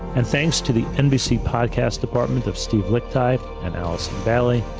and thanks to the nbc podcast department of steve lickteig and allison bailey.